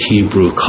Hebrew